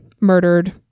murdered